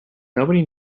nobody